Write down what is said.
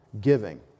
giving